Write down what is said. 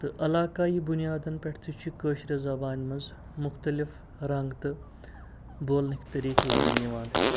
تہٕ علاقی بُنیادَن پٮ۪ٹھ تہِ چھِ یہِ کٲشِرِ زبانہِ منٛز مُختلِف رَنٛگ تہٕ بولنٕکۍ طریٖقہٕ لبنہٕ یِوان